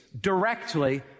directly